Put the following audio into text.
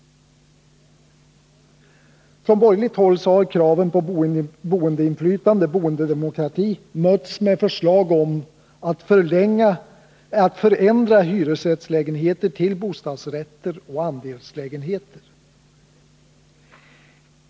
Från borgerligt håll har kraven på boendeinflytande/boendedemokrati mötts med förslag om att förändra hyresrättslägenheter till bostadsrättseller andelslägenheter.